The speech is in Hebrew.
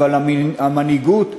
אבל המנהיגות הנלוזה,